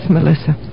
Melissa